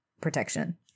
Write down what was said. protection